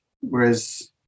whereas